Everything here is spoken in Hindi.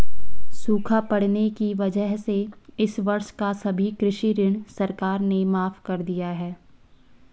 सूखा पड़ने की वजह से इस वर्ष का सभी कृषि ऋण सरकार ने माफ़ कर दिया है